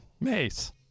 Mace